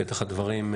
בפתח הדברים,